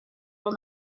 will